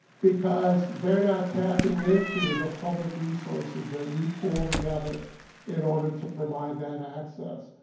because they're not tapping into the public resources that we pull together in order to provide that access.